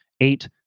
eight